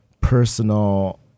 personal